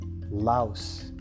Laos